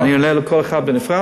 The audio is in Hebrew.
אני עונה לכל אחד בנפרד?